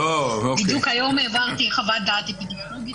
בדיוק היום העברתי חוות דעת אפידמיולוגית.